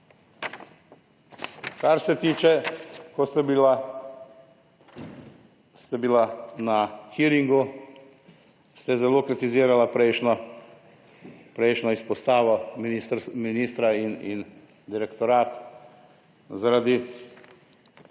ujame fizično. Ko ste bili na hearingu, ste zelo kritizirali prejšnjo postavo ministra in direktorata zaradi